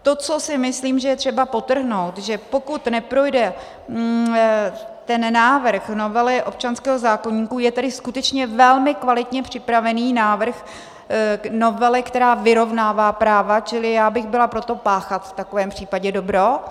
To, co si myslím, že je třeba podtrhnout, že pokud neprojde ten návrh novely občanského zákoníku, je tedy skutečně velmi kvalitně připravený návrh novely, která vyrovnává práva, čili já bych byla pro to páchat v takovém případě dobro.